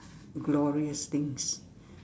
glorious things